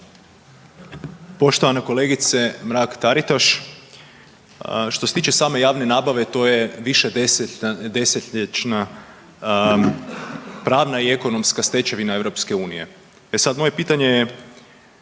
Poštovana kolegice Mrak-Taritaš. Što se tiče same javne nabave to je više desetljećna pravna i ekonomska stečevina Europske unije. E sad moje pitanje je,